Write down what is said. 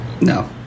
No